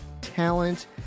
talent